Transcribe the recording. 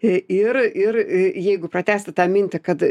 ir ir jeigu pratęsti tą mintį kad